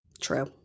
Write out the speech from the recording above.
true